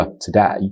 today